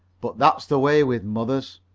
but that's the way with mothers.